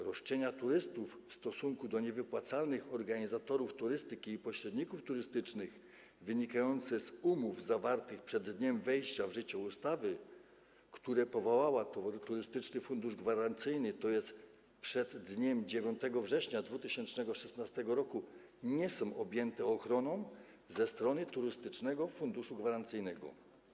Roszczenia turystów w stosunku do niewypłacalnych organizatorów turystyki i pośredników turystycznych wynikające z umów zawartych przed dniem wejścia w życie ustawy, która powołała Turystyczny Fundusz Gwarancyjny, tj. przed dniem 9 września 2016 r., nie są objęte ochroną ze strony Turystycznego Funduszu Gwarancyjnego.